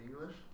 English